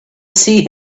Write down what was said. see